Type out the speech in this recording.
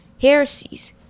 heresies